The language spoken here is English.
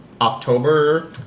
October